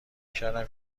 کردم